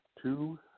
Two